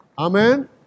Amen